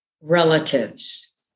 relatives